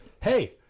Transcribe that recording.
hey